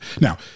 now